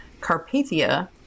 Carpathia